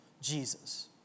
Jesus